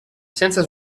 senza